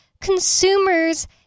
consumers